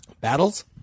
battles